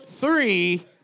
three